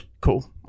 Cool